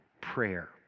prayer